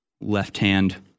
left-hand